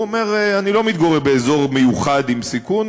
הוא אומר: אני לא מתגורר באזור מיוחד עם סיכון,